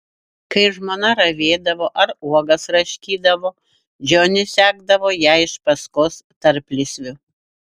kai žmona ravėdavo ar uogas raškydavo džonis sekdavo ją iš paskos tarplysviu